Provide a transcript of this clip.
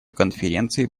конференции